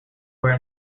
were